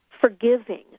forgiving